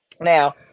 Now